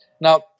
Now